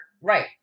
right